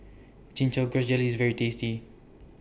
Chin Chow Grass Jelly IS very tasty